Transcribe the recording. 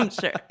sure